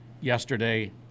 Yesterday